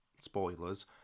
Spoilers